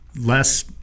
less